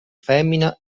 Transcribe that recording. femmina